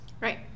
Right